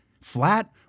flat